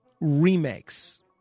remakes